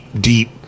deep